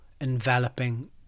enveloping